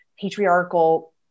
patriarchal